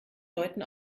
deuten